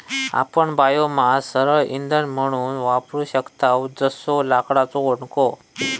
आपण बायोमास सरळ इंधन म्हणून वापरू शकतव जसो लाकडाचो ओंडको